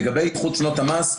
לגבי איחוד שנות המס,